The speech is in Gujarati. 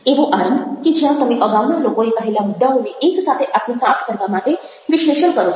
એવો આરંભ કે જ્યાં તમે અગાઉના લોકોએ કહેલા મુદ્દાઓને એકસાથે આત્મસાત્ કરવા માટે વિશ્લેષણ કરો છો